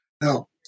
Now